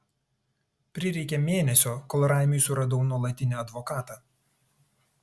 prireikė mėnesio kol raimiui suradau nuolatinį advokatą